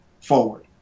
forward